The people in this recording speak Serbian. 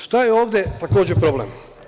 Šta je ovde takođe problem?